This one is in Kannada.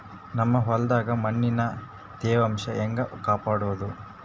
ನಮ್ ಹೊಲದಾಗ ಮಣ್ಣಿನ ತ್ಯಾವಾಂಶ ಹೆಂಗ ಕಾಪಾಡೋದು?